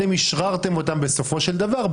אתם אשררתם אותם בסופו של דבר,